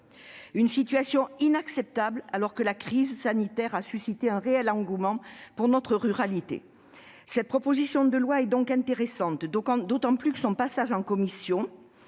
Cette situation est inacceptable alors que la crise sanitaire a suscité un réel engouement pour la ruralité. Cette proposition de loi est donc intéressante, d'autant que son passage en commission